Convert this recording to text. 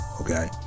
Okay